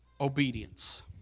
obedience